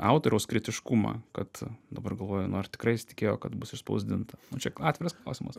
autoriaus kritiškumą kad dabar galvoju nu ar tikrai jis tikėjo kad bus išspausdinta nu čia atviras klausimas